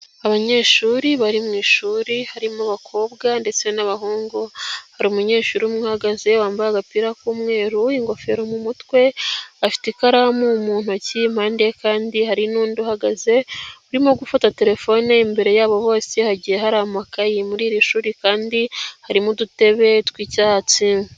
Abanyeshuri bari mu ishuri harimo abakobwa ndetse n'abahungu, hari umunyeshuri uhagaze wambaye agapira k'umweru, ingofero mu mutwe afite ikaramu mu ntoki impande kandi hari nu' ndi uhagaze urimo gufata telefone imbere yabo hose hagiye harira amakayi muri iri shuri kandi harimo udutebe tw'icyatsi.